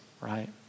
right